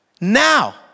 Now